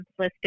simplistic